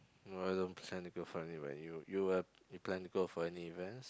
no I don't plan to go for any you you were you plan to go for any events